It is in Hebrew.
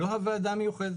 לא הוועדה המיוחדת.